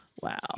Wow